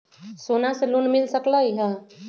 सोना से लोन मिल सकलई ह?